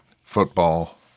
Football